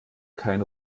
kein